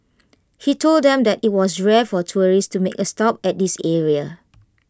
he told them that IT was rare for tourists to make A stop at this area